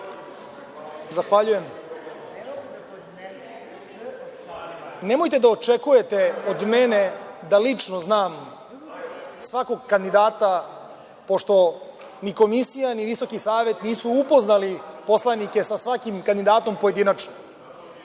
Zahvaljujem. Nemojte da očekujete od mene da lično znam svakog kandidata, pošto ni komisija ni Visoki savet nisu upoznali poslanike sa svakim kandidatom pojedinačno.